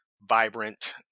vibrant